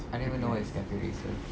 I never know what is cafe racer